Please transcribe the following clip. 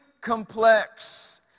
complex